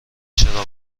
چراغ